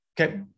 okay